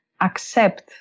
accept